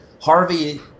Harvey